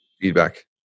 feedback